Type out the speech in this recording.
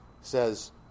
says